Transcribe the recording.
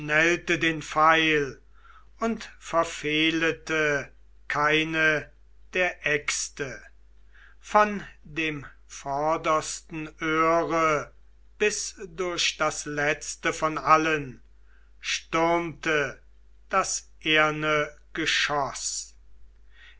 den pfeil und verfehlete keine der äxte von dem vordersten öhre bis durch das letzte von allen stürmte das ehrne